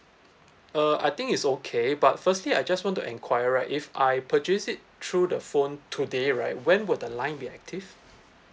uh I think it's okay but firstly I just want to enquire right if I purchase it through the phone today right when will the line be active